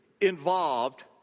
involved